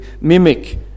Mimic